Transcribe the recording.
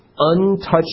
untouched